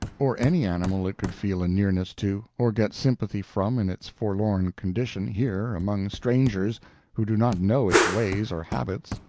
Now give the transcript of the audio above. or any animal it could feel a nearness to or get sympathy from in its forlorn condition here among strangers who do not know its ways or habits,